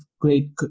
great